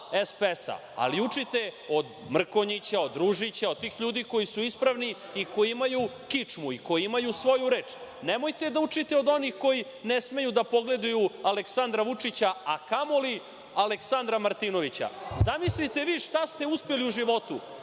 ali učite od Mrkonjića, od Ružića od tih ljudi koji su ispravni i koji imaju kičmu i koji imaju svoju reč. Nemojte da učite od onih koji ne smeju da pogledaju Aleksandra Vučića, a kamo li Aleksandra Martinovića. Zamislite vi šta ste uspeli u životu